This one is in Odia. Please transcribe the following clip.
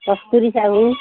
କସ୍ତୁରୀ ସାହୁ